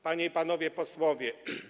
Panie i Panowie Posłowie!